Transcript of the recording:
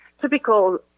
typical